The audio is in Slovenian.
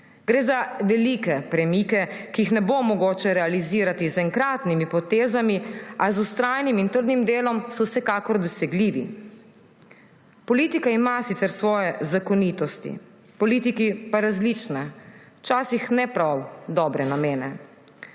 Gre za velike premike, ki jih ne bo mogoče realizirati z enkratnimi potezami, a z vztrajnim in trdnim delom so vsekakor dosegljivi. Politika ima sicer svoje zakonitosti, politiki pa različne, včasih ne prav dobre namene.